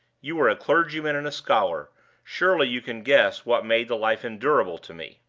you are a clergyman and a scholar surely you can guess what made the life endurable to me?